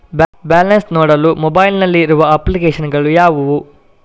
Balance ನೋಡಲು mobile ನಲ್ಲಿ ಇರುವ ಅಪ್ಲಿಕೇಶನ್ ಗಳು ಯಾವುವು?